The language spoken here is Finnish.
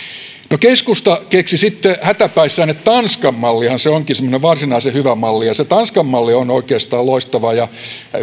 no keskusta keksi sitten hätäpäissään että tanskan mallihan se onkin semmoinen varsinaisen hyvä malli ja se tanskan malli on oikeastaan loistava ja